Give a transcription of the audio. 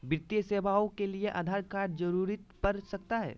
वित्तीय सेवाओं के लिए आधार कार्ड की जरूरत पड़ सकता है?